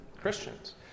Christians